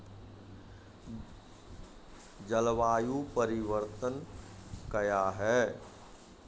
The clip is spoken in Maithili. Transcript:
जलवायु परिवर्तन कया हैं?